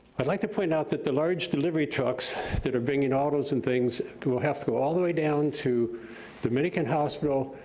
i'd like to point out that the large delivery trucks that are bringing autos and things will have to go all the way down to dominican hospital,